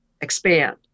expand